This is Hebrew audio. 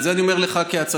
את זה אני אומר לך כהצעתי.